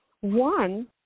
One